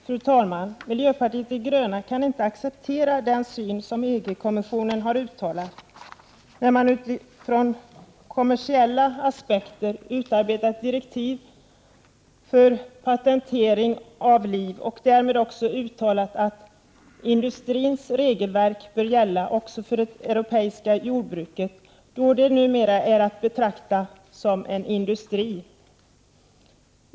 Fru talman! Miljöpartiet de gröna kan inte acceptera den syn som EG-kommissionen har uttalat när man utifrån kommersiella aspekter har utarbetat direktiv för patentering av liv och därmed också uttalat att industrins regelverk bör gälla också för det europeiska jordbruket då det numera är att betrakta som en industri.